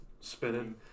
Spinning